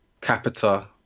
Capita